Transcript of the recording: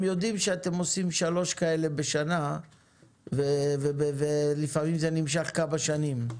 יודעים שאתם עושים שלוש כאלה בשנה ולפעמים זה נמשך כמה שנים?